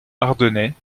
ardennais